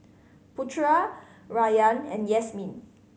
Putera Rayyan and Yasmin